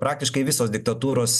praktiškai visos diktatūros